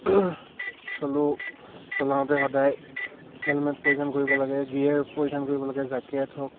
চলো চলাওঁতে সদায় হেলমেট পৰিধান কৰিব লাগে গিয়াৰ পৰিধান কৰিব লাগে জেকেট হওক